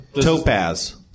Topaz